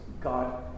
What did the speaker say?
God